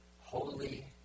holy